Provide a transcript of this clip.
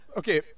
okay